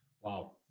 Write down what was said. Wow